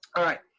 all right.